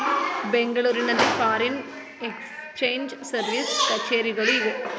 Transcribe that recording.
ಬೆಂಗಳೂರಿನಲ್ಲಿ foreign exchange service ಕಛೇರಿಗಳು ಇವೆ